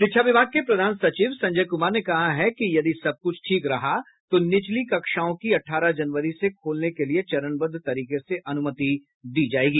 शिक्षा विभाग के प्रधान सचिव संजय कुमार ने कहा है कि यदि सब कुछ ठीक रहा तो निचली कक्षाओं को अठारह जनवरी से खोलने के लिए चरणबद्ध तरीके से अनुमति दी जाएगी